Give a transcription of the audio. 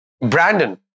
Brandon